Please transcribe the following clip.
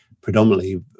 predominantly